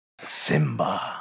Simba